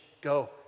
Go